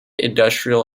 industrial